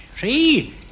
See